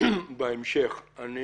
בהמשך אם